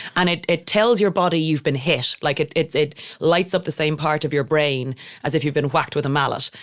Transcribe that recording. and it, it tells your body you've been hit. like it, it lights up the same part of your brain as if you've been whacked with a mallet.